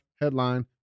headline